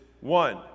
one